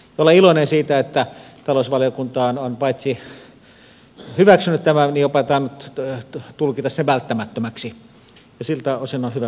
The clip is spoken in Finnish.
olen iloinen siitä että talousvaliokunta on paitsi hyväksynyt tämän myös jopa tainnut tulkita sen välttämättömäksi ja siltä osin on hyvä mennä eteenpäin